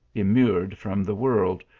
immured from the world,